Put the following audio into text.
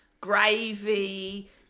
gravy